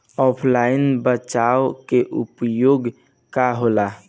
ऑफलाइनसे बचाव के उपाय का होला?